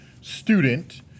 student